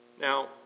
Now